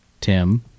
Tim